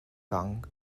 kong